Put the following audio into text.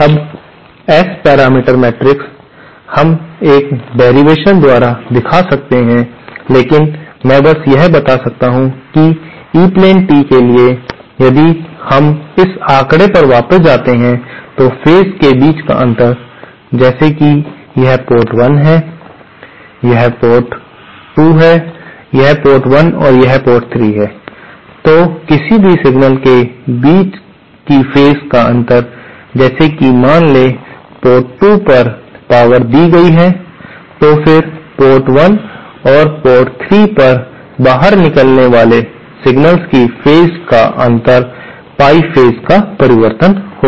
अब S parameter matrix हम एक डेरिवेशन द्वारा दिखा सकते हैं लेकिन मैं बस यह बता सकता हूं कि ई प्लेन टी के लिए यदि हम इस आंकड़े पर वापस जाते हैं तो फेज के बीच का अंतर जैसे कि यह पोर्ट 1 है यह पोर्ट है यह है पोर्ट 2 यह पोर्ट 1 है और यह पोर्ट 3 है तो किसी भी सिग्नल के बीच की फेज का अंतर जैसे कि मान ले पोर्ट 2 पर पावर दी गई है तो फिर पोर्ट 1 और पोर्ट 3 पर बाहर निकलने वाले सिग्नल्स की फेज का अंतर पाई फेज का परिवर्तन होगा